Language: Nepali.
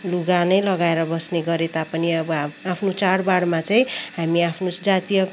लुगा नै लगाएर बस्ने गरे तापनि अब हाम् आफ्नो चाडबाडमा चाहिँ हामी आफ्नो जातीय